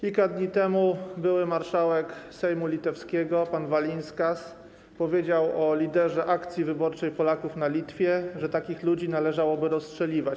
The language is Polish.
Kilka dni temu były marszałek sejmu litewskiego, pan Valinskas, powiedział o liderze Akcji Wyborczej Polaków na Litwie, że takich ludzi należałoby rozstrzeliwać.